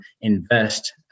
invest